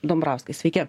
dombravskis sveiki